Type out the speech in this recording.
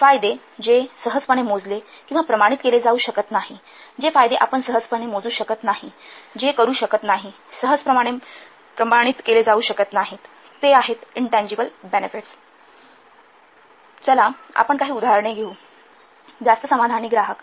फायदे जे सहजपणे मोजले किंवा प्रमाणित केले जाऊ शकत नाहीत जे फायदे आपण सहजपणे मोजू शकत नाहीत जे करू शकत नाही सहजपणे प्रमाणित केले जाऊ शकत नाही ते आहेत इनटँजिबल बेनेफिट्स चला आपण काही उदाहरण घेऊ जास्त समाधानी ग्राहक